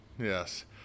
Yes